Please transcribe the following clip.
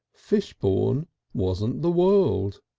fishbourne wasn't the world.